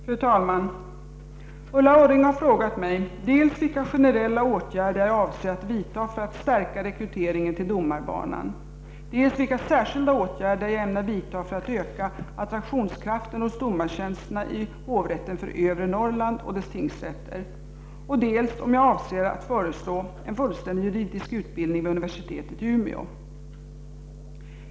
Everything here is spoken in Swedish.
Fru talman! Ulla Orring har frågat mig dels vilka generella åtgärder jag avser att vidta för att stärka rekryteringen till domarbanan, dels vilka särskilda åtgärder jag ämnar vidta för att öka attraktionskraften hos domartjänsterna i hovrätten för Övre Norrland och dess tingsrätter, dels om jag avser att föreslå en fullständig juridisk utbildning vid universitetet i Umeå.